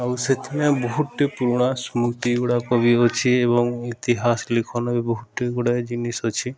ଆଉ ସେଥିରେ ବହୁତଟି ପୁରୁଣା ସ୍ମୃତି ଗୁଡ଼ାକ ବି ଅଛି ଏବଂ ଇତିହାସ ଲେଖନ ବି ବହୁତଟି ଗୁଡ଼ାଏ ଜିନିଷ ଅଛି